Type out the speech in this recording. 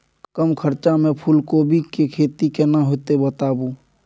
कम खर्चा में फूलकोबी के खेती केना होते बताबू?